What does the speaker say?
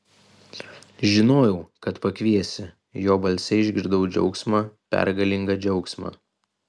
žinojau kad pakviesi jo balse išgirdau džiaugsmą pergalingą džiaugsmą